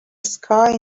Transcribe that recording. sky